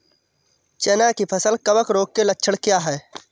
चना की फसल कवक रोग के लक्षण क्या है?